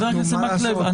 חבר הכנסת מקלב,